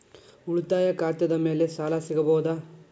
ಉಳಿತಾಯ ಖಾತೆದ ಮ್ಯಾಲೆ ಸಾಲ ಸಿಗಬಹುದಾ?